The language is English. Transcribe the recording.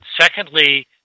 Secondly